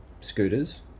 scooters